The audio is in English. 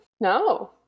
No